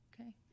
Okay